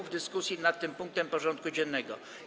w dyskusji nad tym punktem porządku dziennego.